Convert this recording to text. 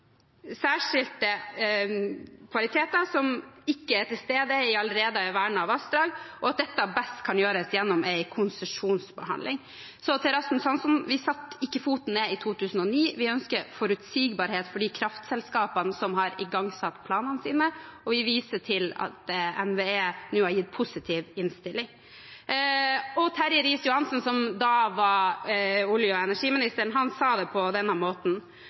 særskilte kvaliteter som ikke er til stede i allerede vernede vassdrag, og at dette best kan gjøres gjennom en konsesjonsbehandling. Så til Rasmus Hansson: Vi satte ikke foten ned i 2009, vi ønsker forutsigbarhet for de kraftselskapene som har igangsatt planene sine, og vi viser til at NVE nå har gitt positiv innstilling. Terje Riis-Johansen, som da var olje- og energiminister, sa det på denne måten: